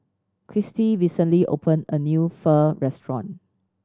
Christy recently opened a new Pho restaurant